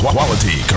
Quality